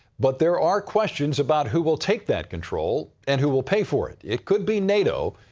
but there are questions about who will take that control and who will pay for it. it could be nato,